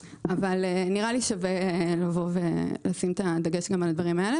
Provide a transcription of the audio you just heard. נראה לי שצריך לשים דגש גם על הדברים האלה.